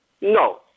no